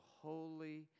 holy